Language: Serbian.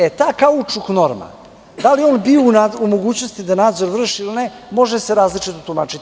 E, ta kaučuk norma, da li je on bio u mogućnosti da nadzor vrši ili ne, može se različito tumačiti.